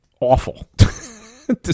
awful